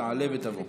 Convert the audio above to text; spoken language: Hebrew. תעלה ותבוא.